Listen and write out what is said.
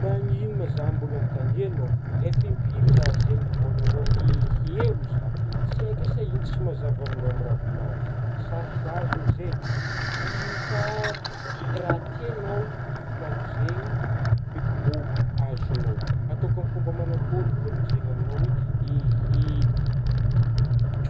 Magnino ma zah mbôla agnontagniagnao fô, efa impiry zah zegny nivôlagna ô iheo zah tsy aiko hoe ino tsy mazava aminao amin'ny raha volagniko zegny sarotra azo mo zegny, inô ka raha tiagnao ivolagniko zegny be ki mbô azognao, ataoko amin'gny fômba manakory ivôlagna zegny aminao hoe ehe e.